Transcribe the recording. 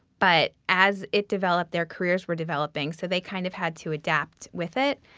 but as it developed their careers were developing, so they kind of had to adapt with it.